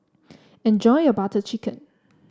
enjoy your Butter Chicken